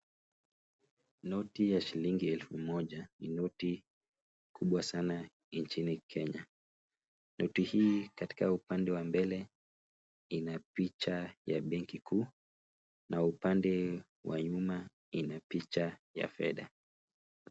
Noti ya shilingi elfu moja ni noti kubwa sana nchini Kenya. Noti hii katika upande wa mbele ina picha ya benki kuu na upande wa nyuma ina picha ya fedha.